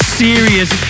serious